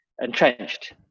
entrenched